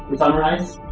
summarise,